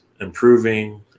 improving